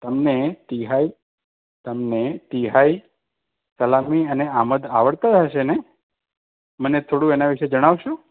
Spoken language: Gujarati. તમને તિહાઈ તમને તિહાઈ સલામી અને આમદ આવડતો હશે ને મને થોડું એના વિષે જણાવશો